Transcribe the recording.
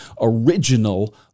original